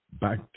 back